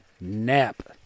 nap